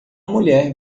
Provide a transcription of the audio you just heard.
mulher